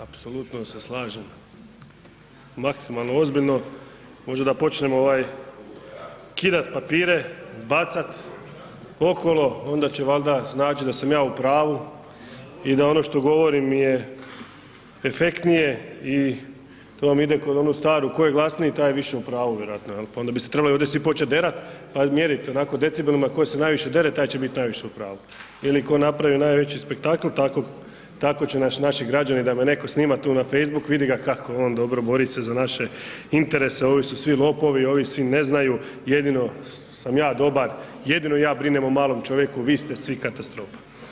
Apsolutno se slažem, maksimalno ozbiljno, možda da počnem ovaj kidat papire, bacat okolo onda će valjda značit da sam ja u pravu i da ono što govorim je efektnije i to vam ide kroz onu staru tko je glasniji taj je više u pravu vjerojatno jel, pa onda bi se trebali i ovdje svi počet derat, pa mjerit onako decibelima ko se najviše dere taj će bit najviše u pravu ili ko napravi najveći spektakl tako, tako će nas naši građani da me neko snima tu na facebook vidi ga kako je on dobro, bori se za naše interese, ovi su svi lopovi, ovi svi ne znaju, jedino sam ja dobar, jedino ja brinem o malom čovjeku, vi ste svi katastrofa.